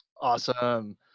Awesome